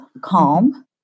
calm